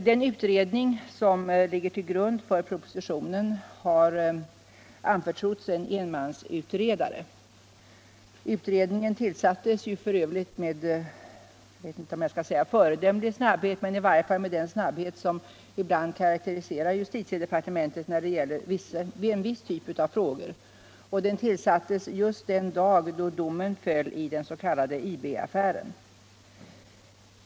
Den utredning som ligger till grund för propositionen har anförtrotts en enmansutredare. Utredningen tillsattes f. ö. med, jag vet inte om jag skall säga föredömlig snabbhet, men i varje fall med den snabbhet som ibland karakteriserar justitiedepartementet när det gäller en viss typ av frågor, och den tillsattes just den dag då domen föll i den s.k. IB affären.